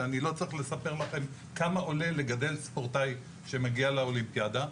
אני לא צריך לספר לכם כמה עולה לגדל ספורטאי שמגיע לאולימפיאדה.